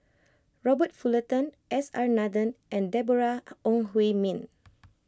Robert Fullerton S R Nathan and Deborah Ong Hui Min